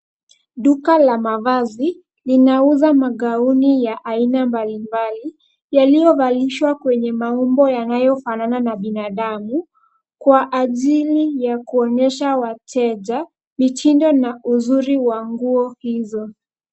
Duka la mavazi linauza magauni ya aina mbalimbali yaliyovalishwa kwenye maumbo yanayofanana na binadamu, kwa ajili ya kuonyesha wateja mitindo na uzuri wa nguo hizo.